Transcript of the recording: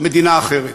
מדינה אחרת.